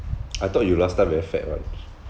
I thought you last time very fat [one]